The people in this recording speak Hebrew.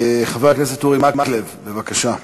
חבר הכנסת אורי מקלב, בבקשה.